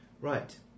Right